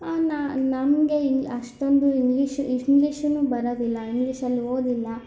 ನ ನಮಗೆ ಇಲ್ಲಿ ಅಷ್ಟೊಂದು ಇಂಗ್ಲೀಷ್ ಇ ಇಂಗ್ಲೀಷುನೂ ಬರೋದಿಲ್ಲ ಇಂಗ್ಲೀಷಲ್ಲಿ ಓದಿಲ್ಲ